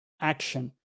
action